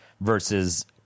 versus